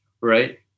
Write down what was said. right